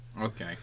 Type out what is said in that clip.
Okay